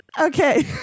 Okay